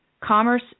Commerce